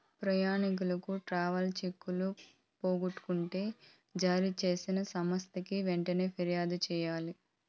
ప్రయాణికులు ట్రావెలర్ చెక్కులు పోగొట్టుకుంటే జారీ చేసిన సంస్థకి వెంటనే ఫిర్యాదు చెయ్యాలి